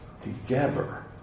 together